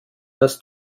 das